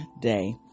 day